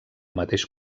mateix